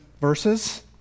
verses